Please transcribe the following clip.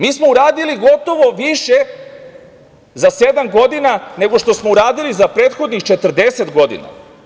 Mi smo uradili gotovo više za sedam godina, nego što smo uradili za prethodnih 40 godina.